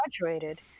graduated